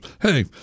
hey